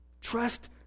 Trust